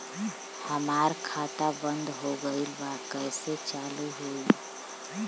हमार खाता बंद हो गईल बा कैसे चालू होई?